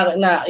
na